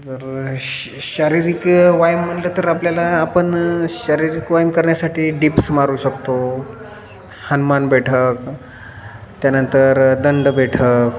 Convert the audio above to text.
जर श शारीरिक व्यायाम म्हणलं तर आपल्याला आपण शारीरिक व्यायाम करण्यासाठी डिप्स मारू शकतो हनुमान बैठक त्यानंतर दंड बैठक